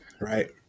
right